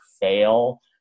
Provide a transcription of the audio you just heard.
fail